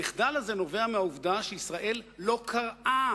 המחדל הזה נובע מהעובדה שישראל לא קראה